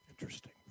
Interesting